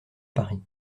paris